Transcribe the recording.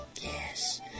Yes